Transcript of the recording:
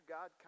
God